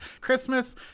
Christmas